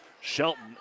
Shelton